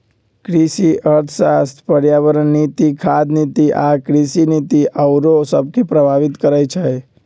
कृषि अर्थशास्त्र पर्यावरण नीति, खाद्य नीति आ कृषि नीति आउरो सभके प्रभावित करइ छै